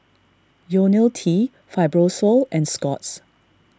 Ionil T Fibrosol and Scott's